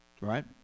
right